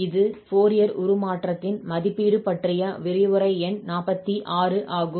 இது ஃபோரியர் உருமாற்றத்தின் மதிப்பீடு பற்றிய விரிவுரை எண் 46 ஆகும்